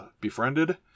befriended